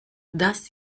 das